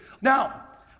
Now